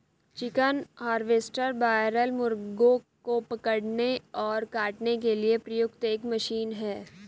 chicken harvester broiler मुर्गों को पकड़ने और काटने के लिए प्रयुक्त एक मशीन है